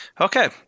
Okay